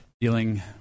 dealing